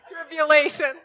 Tribulation